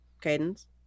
cadence